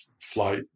flight